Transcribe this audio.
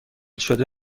شده